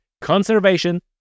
conservation